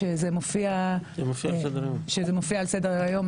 שזה מופיע על סדר-היום,